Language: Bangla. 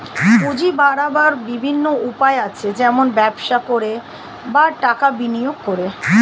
পুঁজি বাড়াবার বিভিন্ন উপায় আছে, যেমন ব্যবসা করে, বা টাকা বিনিয়োগ করে